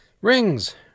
Rings